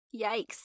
Yikes